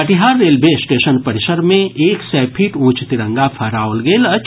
Katihar railway station परिसर मे एक सय फीट ऊंच तिरंगा फहराओल गेल अछि